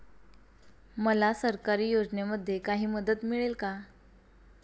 मला सरकारी योजनेमध्ये काही मदत मिळेल का?